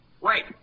Wait